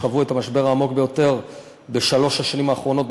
שחוו את המשבר העמוק ביותר בשלוש השנים האחרונות,